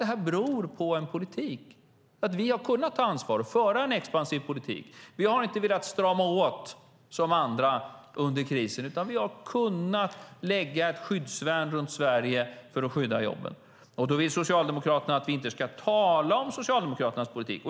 Det här beror på en politik, på att vi har kunnat ta ansvar och föra en expansiv politik. Vi har inte velat strama åt som andra under krisen, utan vi har kunnat lägga ett skyddsvärn runt Sverige för att skydda jobben. Då vill Socialdemokraterna att vi inte ska tala om Socialdemokraternas politik.